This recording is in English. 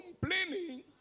complaining